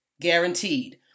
guaranteed